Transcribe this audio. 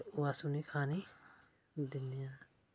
ओह् अस उनेंगी खाने गी दिन्ने आं